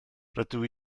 rydw